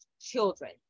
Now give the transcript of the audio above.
children